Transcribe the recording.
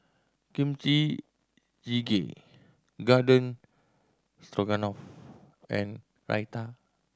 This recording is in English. Kimchi Jjigae Garden Stroganoff and Raita